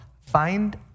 find